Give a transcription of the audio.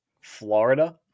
Florida